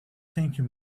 thinking